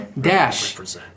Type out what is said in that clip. dash